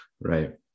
right